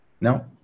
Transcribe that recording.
No